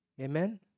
Amen